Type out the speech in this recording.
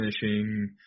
finishing